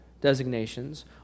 designations